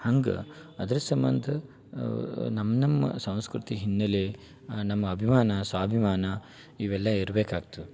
ಹಂಗೆ ಅದ್ರ ಸಂಬಂಧ ನಮ್ಮ ನಮ್ಮ ಸಂಸ್ಕೃತಿ ಹಿನ್ನಲೆ ನಮ್ಮ ಅಭಿಮಾನ ಸ್ವಾಭಿಮಾನ ಇವೆಲ್ಲ ಇರ್ಬೇಕಾಗ್ತದೆ